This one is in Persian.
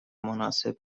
مناسب